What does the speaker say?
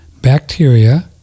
Bacteria